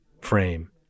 frame